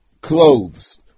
clothes